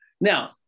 Now